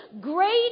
great